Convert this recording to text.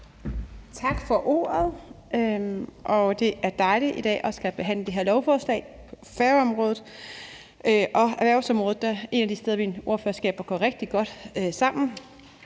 Tak for ordet. Det er dejligt i dag skulle behandle det her lovforslag på Færøområdet og erhvervsområdet, der er et af de steder, hvor mine ordførerskaber går rigtig godt sammen,